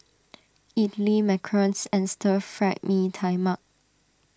Idly Macarons and Stir Fried Mee Tai Mak